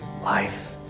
life